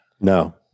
No